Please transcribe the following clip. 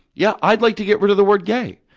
yeah, i'd like to get rid of the word gay.